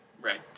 Right